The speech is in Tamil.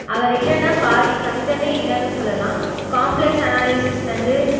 அவர் இல்லைன்னா பாதி கணிதமே இல்லைன்னு சொல்லலாம் காம்ப்ளக்ஸ் அனாலிசிஸ்லேருந்து